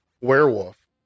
werewolf